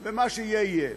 ומה שיהיה יהיה.